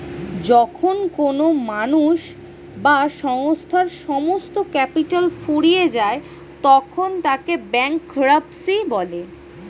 যখন কোনো মানুষ বা সংস্থার সমস্ত ক্যাপিটাল ফুরিয়ে যায় তখন তাকে ব্যাঙ্করাপ্সি বলে